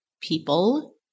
people